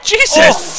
Jesus